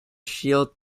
shield